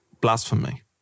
blasphemy